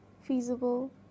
feasible